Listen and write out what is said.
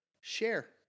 Share